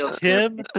Tim